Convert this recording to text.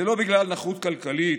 זה לא בגלל נכות כלכלית,